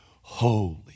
holy